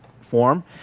form